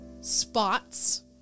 spots